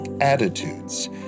attitudes